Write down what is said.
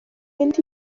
mynd